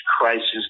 crisis